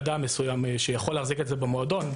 לאדם מסוים שיכול להחזיק את זה במועדון,